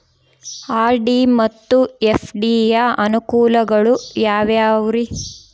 RD ಮತ್ತು FD ಯ ಅನುಕೂಲಗಳು ಯಾವ್ಯಾವುರಿ?